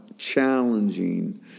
challenging